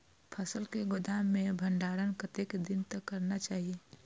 फसल के गोदाम में भंडारण कतेक दिन तक करना चाही?